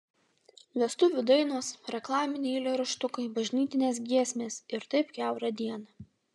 vestuvių dainos reklaminiai eilėraštukai bažnytinės giesmės ir taip kiaurą dieną